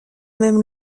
même